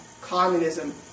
Communism